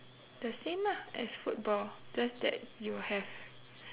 the same lah as football just that you have